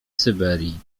syberii